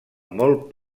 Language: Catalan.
molt